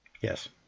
Yes